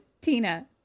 Tina